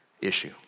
issue